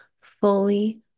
fully